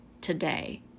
today